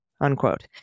unquote